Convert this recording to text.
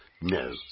No